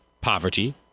poverty